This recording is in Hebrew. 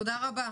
תודה רבה.